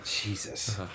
Jesus